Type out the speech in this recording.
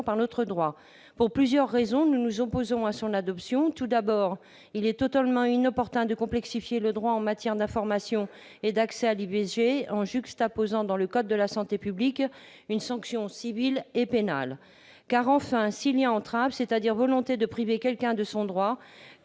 par notre droit. Pour plusieurs raisons, nous nous opposons à son adoption. Tout d'abord, il est totalement inopportun de complexifier le droit en matière d'information et d'accès à l'IVG en juxtaposant dans le code de la santé publique une sanction civile et une sanction pénale. Soit il y a entrave, c'est-à-dire volonté de priver quelqu'un de son droit,